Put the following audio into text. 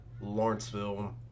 Lawrenceville